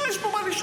מה יש פה לשאול?